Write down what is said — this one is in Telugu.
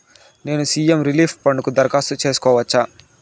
నేను సి.ఎం రిలీఫ్ ఫండ్ కు దరఖాస్తు సేసుకోవచ్చా?